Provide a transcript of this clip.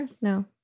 No